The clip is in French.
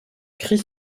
chris